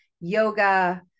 yoga